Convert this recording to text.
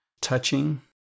touching